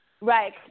right